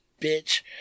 bitch